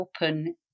open